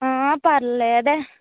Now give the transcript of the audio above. పర్లేదే